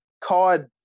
card